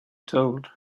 told